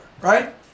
Right